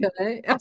Okay